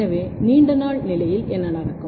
எனவே நீண்ட நாள் நிலையில் என்ன நடக்கும்